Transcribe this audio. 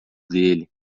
dele